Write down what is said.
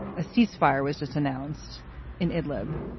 a cease fire was just announced in idlib.